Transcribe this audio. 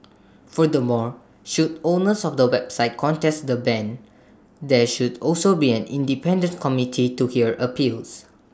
furthermore should owners of the websites contest the ban there should also be an independent committee to hear appeals